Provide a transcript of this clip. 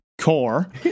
core